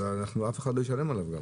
אבל גם אף אחד לא ישלם על זה.